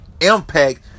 impact